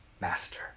master